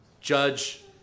Judge